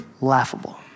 laughable